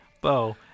bo